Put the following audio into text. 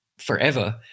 forever